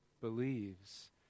believes